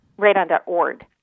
Radon.org